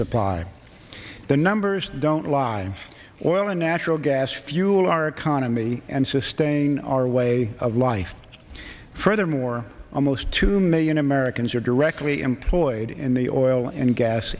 supply the numbers don't lie oil and natural gas fuel our economy and sustain our way of life furthermore almost two million americans are directly employed in the oil and gas